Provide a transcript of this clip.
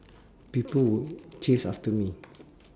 people will chase after me